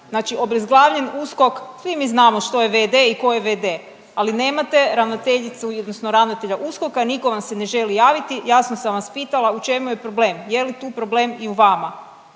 znači obezglavljen USKOK, svi mi znamo što je vd i ko je vd, ali nemate ravnateljicu odnosno ravnatelja USKOK-a niko vam se ne želi javiti, jasno sam vas pitala u čemu je problem. Je li tu problem i u vama